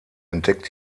entdeckt